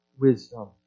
wisdom